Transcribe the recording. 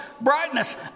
brightness